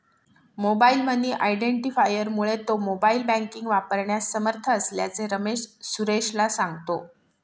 mobile money आयडेंटिफायरमुळे तो mobile banking वापरण्यास समर्थ असल्याचे रमेश सुरेशला सांगतो